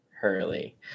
hurley